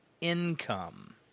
income